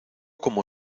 como